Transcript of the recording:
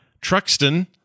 truxton